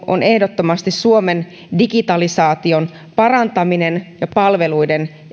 on ehdottomasti suomen digitalisaation parantaminen ja palveluiden